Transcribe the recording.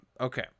Okay